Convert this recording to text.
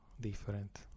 different